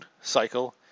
cycle